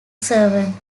servant